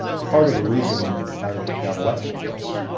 part of the reason i got elected twice